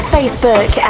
Facebook